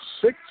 six